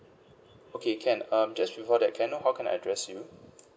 okay can um just before that can I know how can I address you